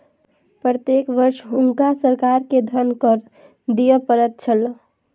प्रत्येक वर्ष हुनका सरकार के धन कर दिअ पड़ैत छल